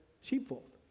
Sheepfold